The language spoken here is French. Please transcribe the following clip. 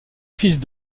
fils